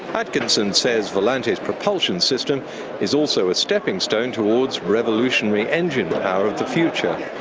atkinson says volante's propulsion system is also a steppingstone towards revolutionary engine power of the future.